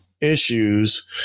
issues